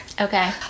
Okay